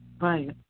right